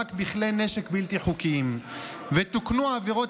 למאבק בכלי נשק בלתי חוקיים ותוקנו עבירות